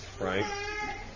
right